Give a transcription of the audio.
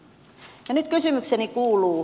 nyt kysymykseni kuuluu